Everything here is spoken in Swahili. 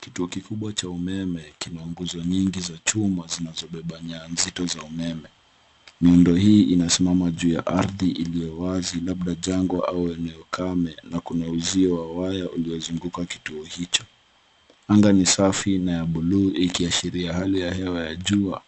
Kituo kikubwa cha umeme kina nguzo nyingi za chuma zinazobeba nyaya nzito za umeme. Miundo hii inasimama juu ya ardhi iliyo wazi labda jango au eneo kame na kuna uzio wa waya uliozunguka kituo hicho. Anga ni safi na ya buluu ikiashiria hali ya hewa ya jua.